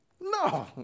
No